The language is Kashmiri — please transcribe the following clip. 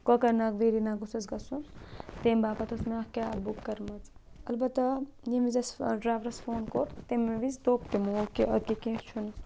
کۄکَرناگ ویریناگ اوس اَسہِ گژھُن تَمہِ باپَتھ ٲس مےٚ اَکھ کیب بُک کٔرمٕژ اَلبتہ ییٚمۍ وِزِ اَسہِ ڈرٛایورَس فون کوٚر تَمی ویٖز دوٚپ تِمو کہِ اَدٕ کیٛاہ کیٚنٛہہ چھُنہٕ